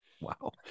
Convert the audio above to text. Wow